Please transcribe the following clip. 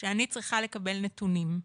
שאני צריכה לקבל נתונים,